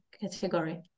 category